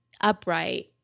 upright